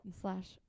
slash